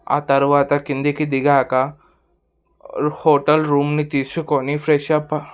ఆ తరువాత కిందికి దిగాక హోటల్ రూమ్ని తీసుకొని ఫ్రెష్ అప్